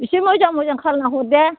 एसे मोजां मोजां खालायना हरदे